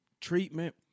treatment